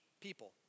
people